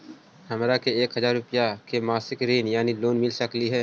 हमरा के एक हजार रुपया के मासिक ऋण यानी लोन मिल सकली हे?